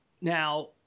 Now